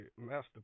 masterpiece